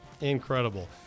Incredible